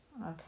okay